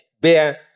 bear